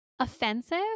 offensive